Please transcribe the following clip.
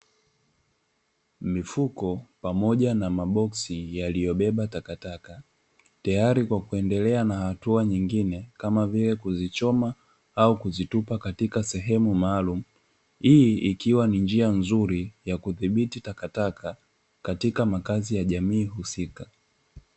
Mifuko pamoja na maboksi yaliyobeba takataka tayari kwa kuendelea na hatua nyigine kama vile kuzichoma au kuzitupa katika sehemu maalumu. Hii ikiwa ni njia nzuri ya kudhibiti takataka katika makazi ya jamii husika.